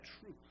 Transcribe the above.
truth